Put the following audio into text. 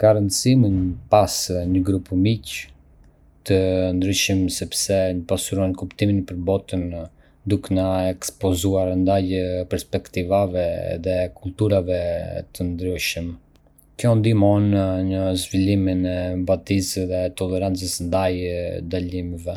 Ka rëndësi me pasë një grup miqsh të ndryshëm sepse na pasuron kuptimin për botën, duke na ekspozuar ndaj perspektivave dhe kulturave të ndryshme. Kjo ndihmon në zhvillimin e empatisë dhe tolerancës ndaj dallimeve.